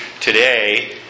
today